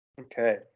Okay